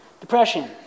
Depression